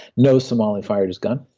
no somali fired his gun,